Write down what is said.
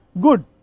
good